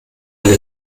eine